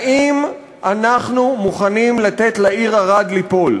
האם אנחנו מוכנים לתת לעיר ערד ליפול?